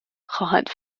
خواهد